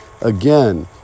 Again